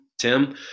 Tim